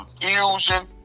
confusion